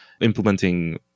implementing